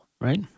right